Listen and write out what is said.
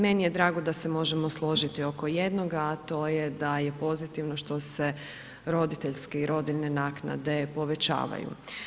Meni je drago da se možemo složiti oko jednoga, a to je da je pozitivno što se roditeljske i rodiljne naknade povećavaju.